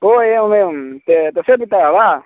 ओ एवमेवं ते तस्य पिता वा